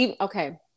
okay